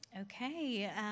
Okay